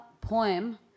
poem